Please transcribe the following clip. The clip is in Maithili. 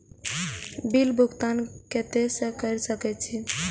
बिल भुगतान केते से कर सके छी?